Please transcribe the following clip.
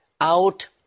out